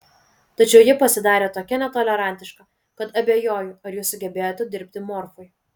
tačiau ji pasidarė tokia netolerantiška kad abejoju ar ji sugebėtų dirbti morfui